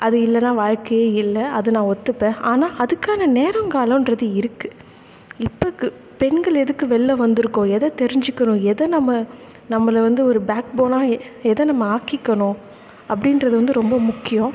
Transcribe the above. அது இல்லைனா வாழ்க்கையே இல்லை அது நான் ஒத்துப்பேன் ஆனால் அதுக்கான நேரங்காலன்றது இருக்குது இப்பதுக்கு பெண்கள் எதுக்கு வெளில வந்துருக்கோம் எதை தெரிஞ்சிக்கிறோம் எதை நம்ம நம்மளை வந்து ஒரு பேக் போனாக எதை நம்ம ஆக்கிக்கணும் அப்படின்றது வந்து ரொம்ப முக்கியம்